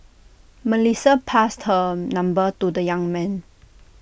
Melissa passed her number to the young man